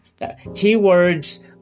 Keywords